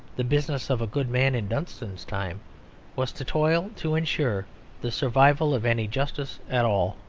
the business of a good man in dunstan's time was to toil to ensure the survival of any justice at all.